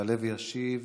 יעלה וישיב